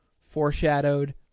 foreshadowed